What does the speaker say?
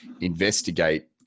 investigate